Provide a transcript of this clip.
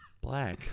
Black